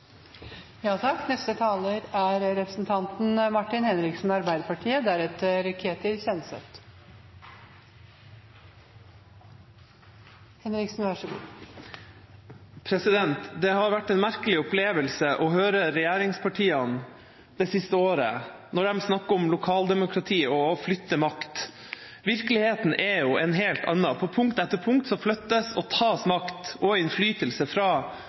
Det har vært en merkelig opplevelse å høre regjeringspartiene det siste året når de snakker om lokaldemokrati og å flytte makt. Virkeligheten er jo en helt annen. På punkt etter punkt flyttes og tas makt og innflytelse fra